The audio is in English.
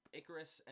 Icarus